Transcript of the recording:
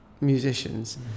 musicians